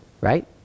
right